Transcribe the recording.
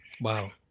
Wow